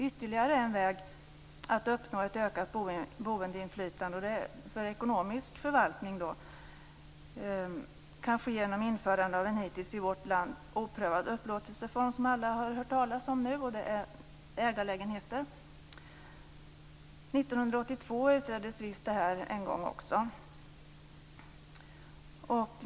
Ytterligare en väg att uppnå ett ökat boinflytande för ekonomisk förvaltning kan ske genom införande av en hittills i vårt land oprövad upplåtelseform, nämligen genom ägarlägenheter. År 1982 utreddes detta för första gången.